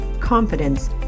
confidence